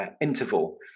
interval